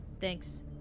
Thanks